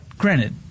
Granted